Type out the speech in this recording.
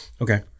Okay